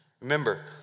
Remember